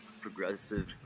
progressive